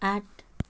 आठ